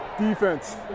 Defense